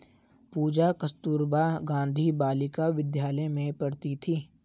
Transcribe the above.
पूजा कस्तूरबा गांधी बालिका विद्यालय में पढ़ती थी